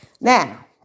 Now